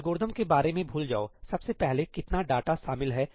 algorithm के बारे में भूल जाओसबसे पहले कितना डेटा शामिल है